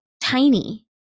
tiny